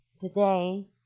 today